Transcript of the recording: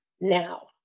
now